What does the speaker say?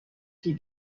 ses